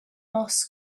moss